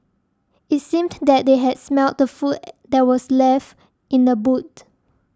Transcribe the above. it seemed that they had smelt the food that were left in the boot